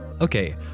Okay